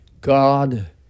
God